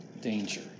danger